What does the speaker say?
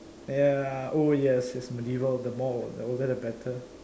yeah oo yes yes medieval the more the older the better